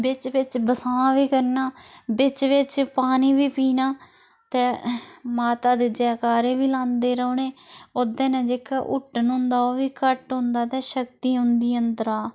बिच्च बिच्च बसां बी करना बिच्च बिच्च पानी बी पीना माता ते माता दे जैकारे बी लांदे रौह्ने ओह्दे ने जेह्का हुट्टन होंदा ओह् बी घट्ट होंदा ते शक्ति औंदी अंदरा